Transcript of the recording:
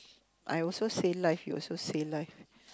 I also say life you also say life